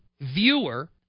viewer